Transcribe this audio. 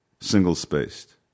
single-spaced